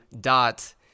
dot